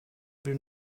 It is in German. will